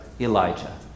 Elijah